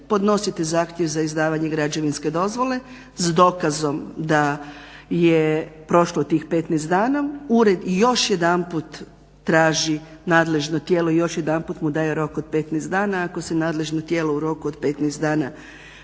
podnosite zahtjev za izdavanje građevinske dozvole s dokazom da je prošlo tih 15 dana. Ured još jedanput traži nadležno tijelo i još jedanput mu daje rok od 15 dana, ako se nadležno tijelo u roku od 15 dana